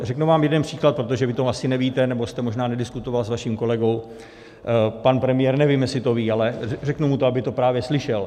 Řeknu vám jeden příklad, protože vy to asi nevíte, nebo jste možná nediskutoval s vaším kolegou, pan premiér nevím, jestli to ví, ale řeknu mu to, aby to právě slyšel.